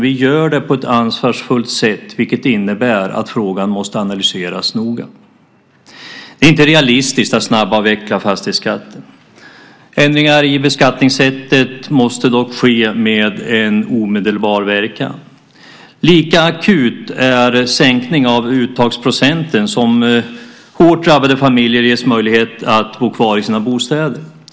Vi gör det på ett ansvarsfullt sätt, vilket innebär att frågan måste analyseras noga. Det är inte realistiskt att snabbavveckla fastighetsskatten. Ändringar i beskattningssättet måste dock ske med omedelbar verkan. Lika akut är en sänkning av uttagsprocenten så att hårt drabbade familjer ges möjlighet att bo kvar i sina bostäder.